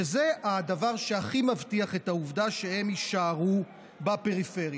שזה הדבר שהכי מבטיח את העובדה שהם יישארו בפריפריה.